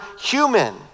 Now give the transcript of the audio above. human